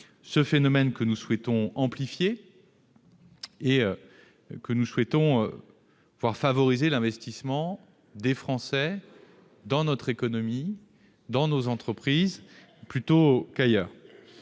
ce phénomène que nous souhaitons amplifier, en favorisant l'investissement des Français dans notre économie, dans nos entreprises, plutôt qu'ailleurs.